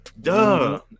Duh